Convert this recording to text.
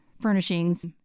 furnishings